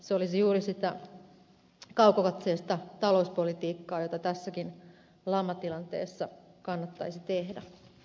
se olisi juuri sitä kaukokatseista talouspolitiikkaa jota tässäkin lamatilanteessa kannattaisi tehdä